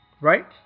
right